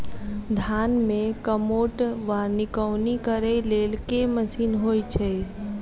धान मे कमोट वा निकौनी करै लेल केँ मशीन होइ छै?